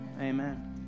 Amen